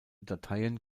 dateien